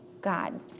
God